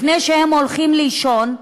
לפני שהם הולכים לישון,